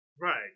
Right